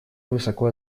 высоко